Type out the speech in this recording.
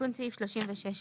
תיקון סעיף 36א